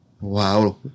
wow